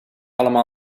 allemaal